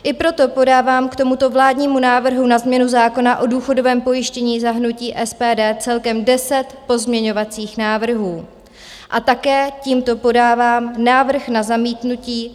I proto podávám k tomuto vládnímu návrhu na změnu zákona o důchodovém pojištění za hnutí SPD celkem deset pozměňovacích návrhů, a také tímto podávám návrh na zamítnutí.